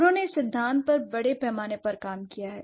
उन्होंने इस सिद्धांत पर बड़े पैमाने पर काम किया है